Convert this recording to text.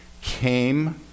came